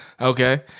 okay